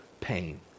pain